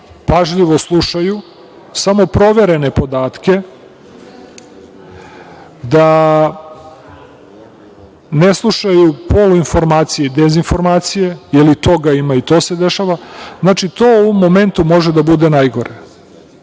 pažljivo slušaju samo proverene podatke, da ne slušaju poluinformacije i dezinformacije, jer i toga ima i to se dešava. Znači, to u momentu može da bude najgore. Ova